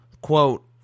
quote